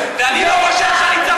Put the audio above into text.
ואני לא חושב שאני צריך,